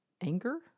anger